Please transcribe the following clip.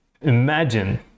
imagine